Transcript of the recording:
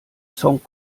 song